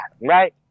right